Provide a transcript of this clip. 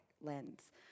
lens